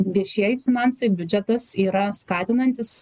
viešieji finansai biudžetas yra skatinantis